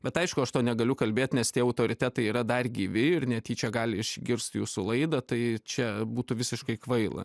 bet aišku aš to negaliu kalbėt nes tie autoritetai yra dar gyvi ir netyčia gali išgirst jūsų laidą tai čia būtų visiškai kvaila